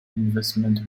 investment